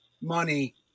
money